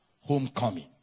Homecoming